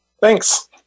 Thanks